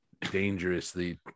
dangerously